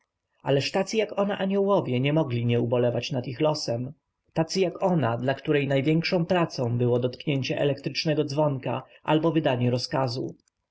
ależ tacy jak ona aniołowie nie mogli nie ubolewać nad ich losem tacy jak ona dla której największą pracą było dotknięcie elektrycznego dzwonka albo wydanie rozkazu